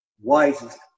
wisest